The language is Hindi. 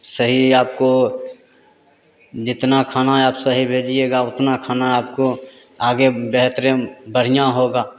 सही आपको जितना खाना है आप सही भेजिएगा उतना खाना आप आपको आगे बेहतरीन बढ़िया होगा